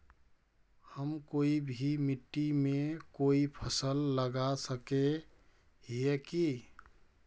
हम कोई भी मिट्टी में कोई फसल लगा सके हिये की?